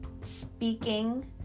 speaking